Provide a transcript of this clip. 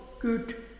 good